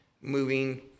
moving